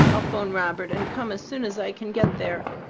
i'll phone robert, and come as soon as i can get there.